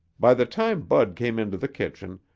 by the time bud came into the kitchen,